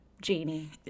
genie